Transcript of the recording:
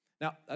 Now